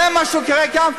--- זה מה שקורה כאן,